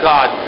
God